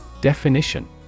Definition